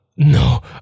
no